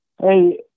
Hey